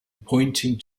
pointing